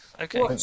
Okay